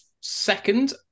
second